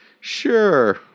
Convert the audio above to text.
Sure